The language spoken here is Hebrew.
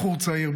בחור צעיר,